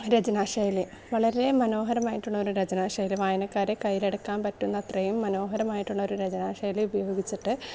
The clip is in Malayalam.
രചനാശൈലി വളരെ മനോഹരമായിട്ടുള്ളൊരു രചനാശൈലി വായനക്കാരെ കൈയിലെടുക്കാൻ പറ്റുന്ന അത്രയും മനോഹരമായിട്ടുള്ളൊരു രചനാശൈലി ഉപയോഗിച്ചിട്ട്